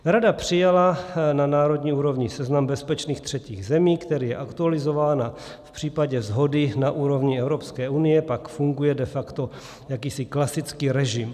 Rada přijala na národní úrovni seznam bezpečných třetích zemí, který je aktualizován, a v případě shody na úrovni Evropské unie pak funguje de facto jakýsi klasický režim.